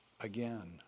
again